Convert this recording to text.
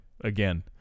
again